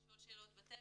לשאול שאלות בטלפון,